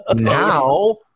Now